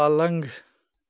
پلنٛگ